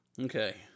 okay